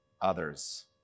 others